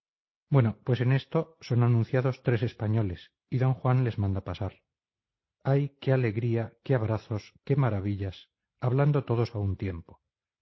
bueno pues en esto son anunciados tres españoles y d juan les manda pasar ay qué alegría qué abrazos qué maravillas hablando todos a un tiempo